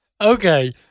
Okay